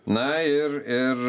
na ir ir